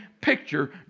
picture